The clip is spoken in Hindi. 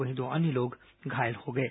वहीं दो अन्य लोग घायल हो गए हैं